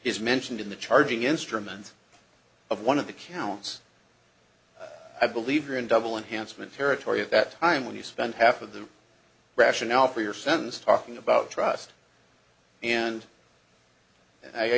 is mentioned in the charging instruments of one of the counts i believe or in double enhancement territory at that time when you spend half of the rationale for your sentence talking about trust and i